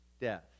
death